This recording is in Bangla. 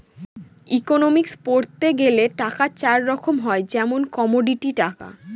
ইকোনমিক্স পড়তে গেলে টাকা চার রকম হয় যেমন কমোডিটি টাকা